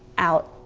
out.